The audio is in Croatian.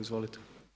Izvolite.